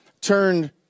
turned